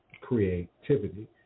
creativity